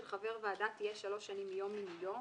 חבר ועדה תהיה שלוש שנים מיום מינויו.